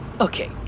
Okay